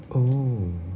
oh